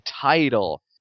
title